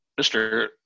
Mr